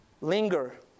linger